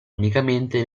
unicamente